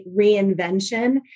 reinvention